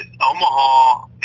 Omaha